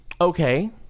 Okay